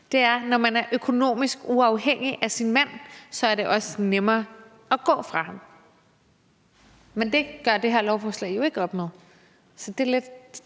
om, at man bliver økonomisk uafhængig af sin mand, for så er det også nemmere at gå fra ham. Men det gør det her lovforslag jo ikke op med. Så det er lidt,